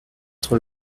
être